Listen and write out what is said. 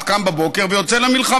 אז בכלל אדם אחד קם בבוקר ויוצא למלחמה.